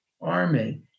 army